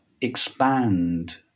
expand